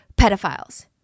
pedophiles